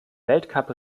weltcup